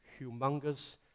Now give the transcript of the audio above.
humongous